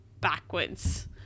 Backwards